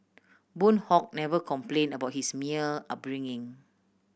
Boon Hock never complain about his upbringing